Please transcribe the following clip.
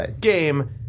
game